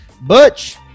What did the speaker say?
Butch